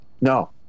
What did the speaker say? No